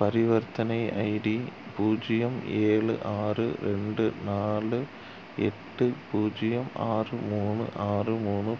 பரிவர்த்தனை ஐடி பூஜ்ஜியம் ஏழு ஆறு ரெண்டு நாலு எட்டு பூஜ்ஜியம் ஆறு மூணு ஆறு மூணு